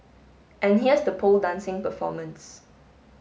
and here's the pole dancing performance